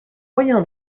moyen